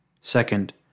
Second